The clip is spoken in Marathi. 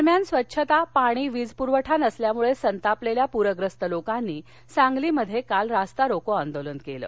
दरम्यान स्वच्छता पाणी विजपुरवठा नसल्यामुळे संतापलेल्या पूरग्रस्त लोकांनी सांगलीत काल रस्ता रोको आंदोलन केलं